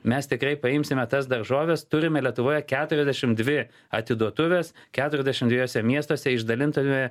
mes tikrai paimsime tas daržoves turime lietuvoje keturiasdešimt dvi atiduotuves keturiasdešimt dviejuose miestuose išdalintame